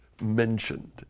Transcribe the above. mentioned